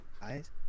guys